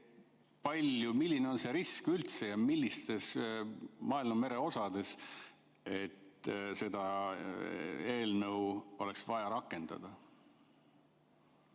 nii: milline see risk üldse on ja millistes maailmamere osades, et seda eelnõu oleks vaja rakendada?